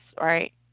Right